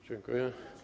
Dziękuję.